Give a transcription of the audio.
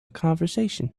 conversation